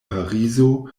parizo